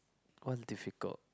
one difficult